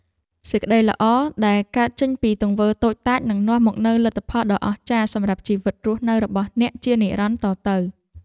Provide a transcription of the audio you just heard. សេចក្តីល្អដែលកើតចេញពីទង្វើតូចតាចនឹងនាំមកនូវលទ្ធផលដ៏អស្ចារ្យសម្រាប់ជីវិតរស់នៅរបស់អ្នកជានិរន្តរ៍តទៅ។